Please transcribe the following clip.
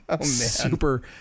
super